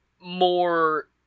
more